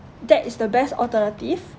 that is the best alternative